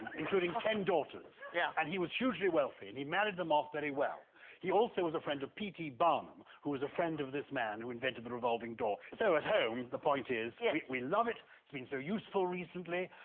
including ten daughters. yeah, and he was hugely wealthy and he married them off very well he also was a friend of pt. barnum who was a friend of this man who invented the revolving door so at home, the point is yeah we love it it's been i mean so useful recently,